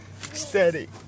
Steady